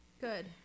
Good